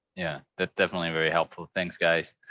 yeah, that's definitely very helpful. thanks guys.